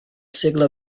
segle